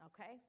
Okay